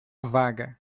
vaga